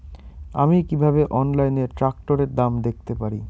আমি কিভাবে অনলাইনে ট্রাক্টরের দাম দেখতে পারি?